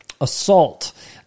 assault